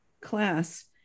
class